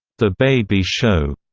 the baby show,